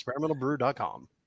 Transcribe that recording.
experimentalbrew.com